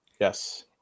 Yes